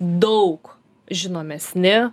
daug žinomesni